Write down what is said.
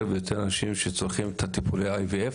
ויותר אנשים שצורכים את טיפולי ה-IVF,